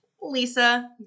Lisa